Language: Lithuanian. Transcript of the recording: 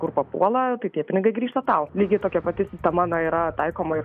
kur papuola tai tie pinigai grįžta tau lygiai tokia pati sistema na yra taikoma